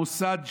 המוסד שלי,